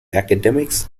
academics